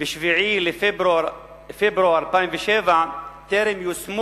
בפברואר 2007, טרם יושמה